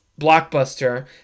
blockbuster